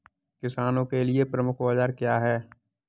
किसानों के लिए प्रमुख औजार क्या हैं?